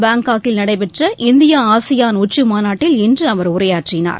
பாங்காக்கில் நடைபெற்ற India ASEAN உச்சிமாநாட்டில் இன்று அவர் உரையாற்றினார்